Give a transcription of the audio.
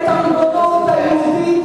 זה מה שהעם החליט.